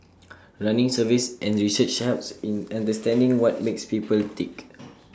running surveys and research helps in understanding what makes people tick